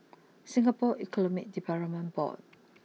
Singapore Economic Development Board